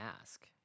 ask